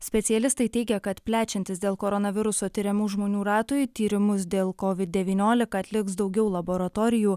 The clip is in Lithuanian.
specialistai teigia kad plečiantis dėl koronaviruso tiriamų žmonių ratui tyrimus dėl kovid devyniolika atliks daugiau laboratorijų